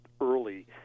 early